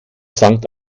sankt